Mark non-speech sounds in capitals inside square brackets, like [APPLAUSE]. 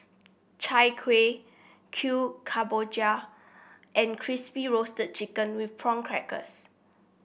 Chai Kueh [UNINTELLIGIBLE] Kemboja and Crispy Roasted Chicken with Prawn Crackers